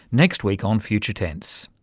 next week on future tense.